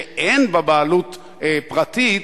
שאין בה בעלות פרטית,